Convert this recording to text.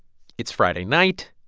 it's friday night.